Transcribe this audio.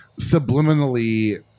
subliminally